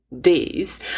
days